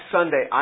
Sunday